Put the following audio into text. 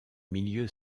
milieu